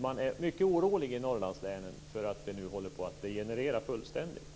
Man är mycket orolig i Norrlandslänen för att det nu håller på att degenerera fullständigt.